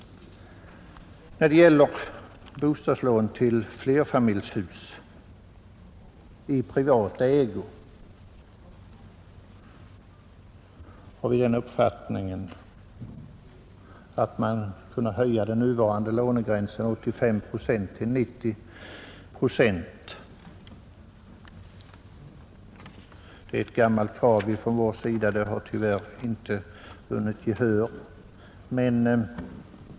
När det gäller bostadslån till flerfamiljshus i privat ägo har vi den uppfattningen att man skall kunna höja den nuvarande lånegränsen 85 procent till 90 procent. Det är ett gammalt krav från vår sida, som tyvärr inte har vunnit gehör.